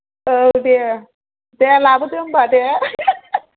औ दे दे लाबोदो होमबा दे